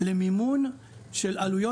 למימון של עלויות